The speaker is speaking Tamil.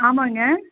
ஆமாம்ங்க